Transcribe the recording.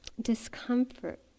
discomfort